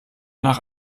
nach